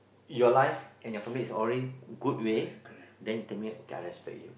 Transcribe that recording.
your life and your family is already good way then you tell me okay I respect you